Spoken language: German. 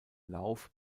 lauf